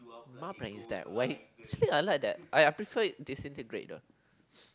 my brain is dead wait actually I like that I I prefer it disintegrated